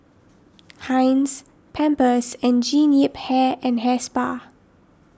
Heinz Pampers and Jean Yip Hair and Hair Spa